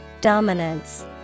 Dominance